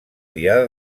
diada